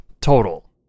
total